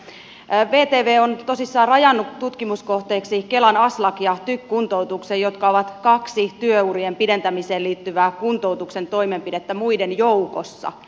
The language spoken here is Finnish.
vtv on tosissaan rajannut tutkimuskohteeksi kelan aslak ja tyk kuntoutuksen jotka ovat kaksi työurien pidentämiseen liittyvää kuntoutuksen toimenpidettä muiden joukossa